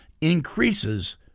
increases